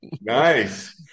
nice